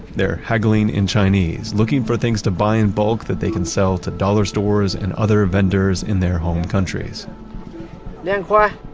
they're haggling in chinese, looking for things to buy in bulk that they can sell to dollar stores and other vendors in their home countries yeah